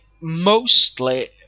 mostly